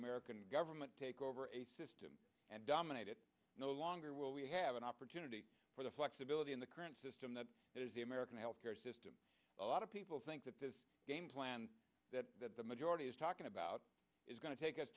american government take over a system and dominated no longer will we have an opportunity for the flexibility in the current system that is the american health care system a lot of people think that this game plan that that the majority is talking about is going to take us